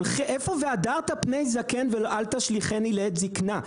איפה והדרת פני זקן ואל תשליכני לעת זקנה?